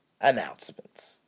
announcements